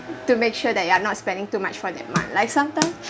to make sure that you are not spending too much for that month like sometimes